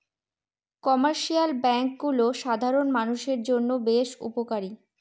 commercial ব্যাঙ্কগুলো সাধারণ মানষের জন্য বেশ উপকারী